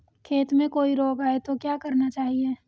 खेत में कोई रोग आये तो क्या करना चाहिए?